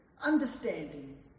understanding